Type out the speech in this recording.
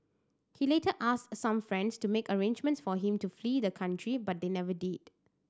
he later asked some friends to make arrangements for him to flee the country but they never did